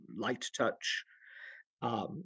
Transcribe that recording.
light-touch